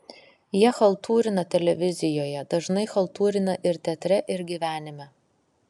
jie chaltūrina televizijoje dažnai chaltūrina ir teatre ir gyvenime